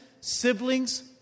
siblings